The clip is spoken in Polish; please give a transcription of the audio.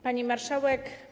Pani Marszałek!